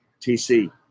TC